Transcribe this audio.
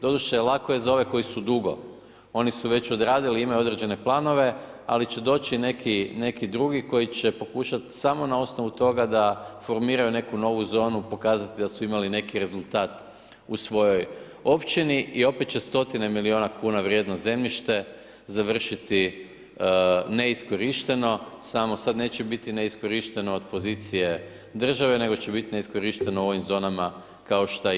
Doduše, lako je za ove koji su dugo, oni su već odradili, imaju određene planove, ali će doći neki drugi koji će pokušati samo na osnovu toga da formiraju neku novu zonu pokazati da su imali neki rezultat u svojoj općini i opet će stotine miliona kuna vrijedno zemljište završiti neiskorišteno, samo sad neće biti neiskorišteno od pozicije države, nego će biti neiskorišteno u ovim zonama kao šta i je.